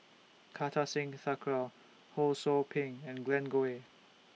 Kartar Singh Thakral Ho SOU Ping and Glen Goei